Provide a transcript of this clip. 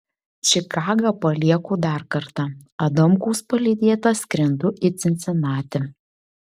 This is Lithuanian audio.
čikagą palieku dar kartą adamkaus palydėta skrendu į cincinatį